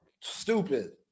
Stupid